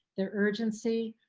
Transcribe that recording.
the urgency.